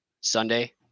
sunday